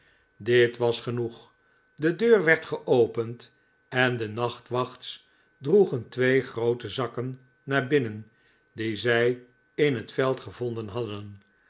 dit was genoeg de deur werd geopend en de nachtwachts droegen twee groote zakken naar binnen die zij in het veld gevonden hadden